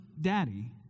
daddy